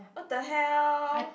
!what the hell!